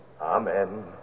Amen